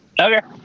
Okay